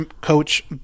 coach